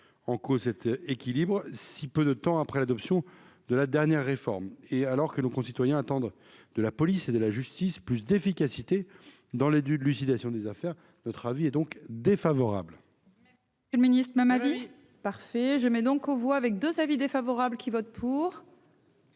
en cause cet équilibre si peu de temps après l'adoption de la dernière réforme et alors que nos concitoyens attendent de la police et de la justice, plus d'efficacité dans les dunes, Lucida sur des affaires, notre avis est donc défavorable. Le ministre ma ma vie parfait je mets donc aux voix avec 2 avis défavorables qui vote pour.